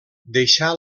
deixà